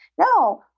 no